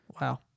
Wow